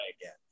again